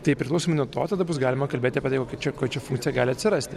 tai priklausomai nuo to tada bus galima kalbėti apie tai ko čia ko čia funkcija gali atsirasti